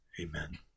amen